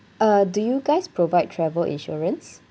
uh do you guys provide travel insurance